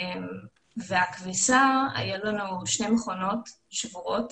והיו לנו שתי מכונות כביסה שבורות